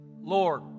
Lord